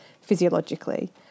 physiologically